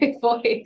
voice